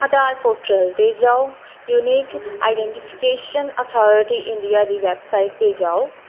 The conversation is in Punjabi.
ਆਧਾਰ ਪੋਟਰਲ 'ਤੇ ਜਾਓ ਯੂਨੀਕ ਆਈਡੈਂਟੀਫਿਕੇਸ਼ਨ ਅਥੋਰਟੀ ਇੰਡੀਆ ਦੀ ਵੈਬਸਾਈਟ 'ਤੇ ਜਾਓ